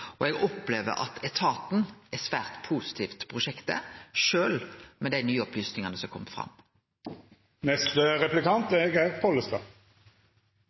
Og eg opplever at etaten er svært positive til prosjektet, sjølv med dei nye opplysningane som har kome fram. Eg trur ikkje det er